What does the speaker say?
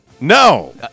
no